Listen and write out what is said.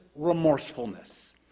remorsefulness